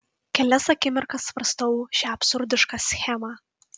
kelias akimirkas svarstau šią absurdišką schemą